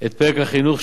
את פרק החינוך,